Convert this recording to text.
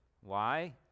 Why